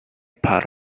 part